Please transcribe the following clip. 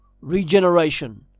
Regeneration